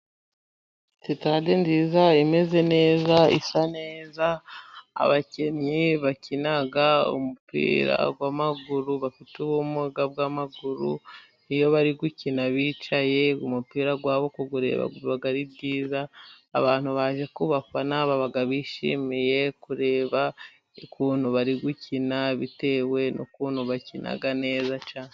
Sitade nziza imeze neza isa neza, abakinnyi bakina umupira w'amaguru bafite ubumuga bw'amaguru iyo bari gukina bicaye umupira wabo kuwureba uba ari byiza, abantu baje kubafana baba bishimiye kureba ukuntu bari gukina, bitewe n'ukuntu bakina neza cyane.